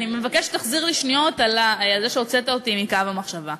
אני מבקשת שתחזיר לי שניות על זה שהוצאת אותי מקו המחשבה.